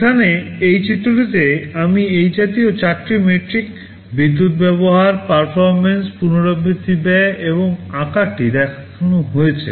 এখানে এই চিত্রটিতে আমি এই জাতীয় চারটি মেট্রিক বিদ্যুত ব্যবহার পারফরম্যান্স পুনরাবৃত্তি ব্যয় এবং আকারটি দেখানো হচ্ছে